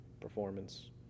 performance